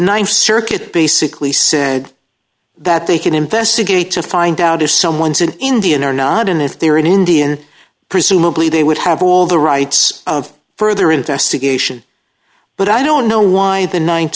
the th circuit basically said that they can investigate to find out if someone is an indian or not and if they are an indian presumably they would have all the rights of further investigation but i don't know why the